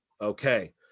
Okay